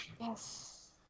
Yes